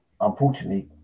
unfortunately